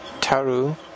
Taru